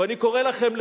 ואני קורא לכם,